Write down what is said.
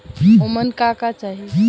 ओमन का का चाही?